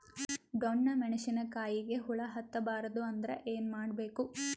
ಡೊಣ್ಣ ಮೆಣಸಿನ ಕಾಯಿಗ ಹುಳ ಹತ್ತ ಬಾರದು ಅಂದರ ಏನ ಮಾಡಬೇಕು?